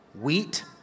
Wheat